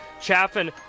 Chaffin